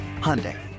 Hyundai